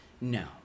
no